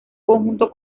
conjunto